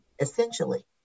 essentially